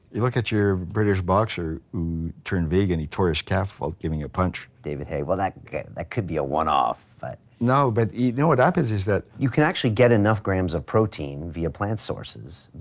you look at british boxer who turned vegan, he tore his calf while giving a punch. david haye, well that that could be a one off. but no, but you know what happens is that you can actually get enough grammes of protein via plant sources,